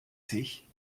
sich